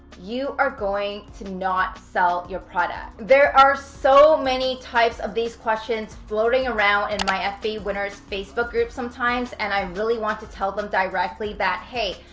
you are going to not sell your product. there are so many types of these questions floating around in my fba winners facebook group sometimes and i really want to tell them directly that, hey,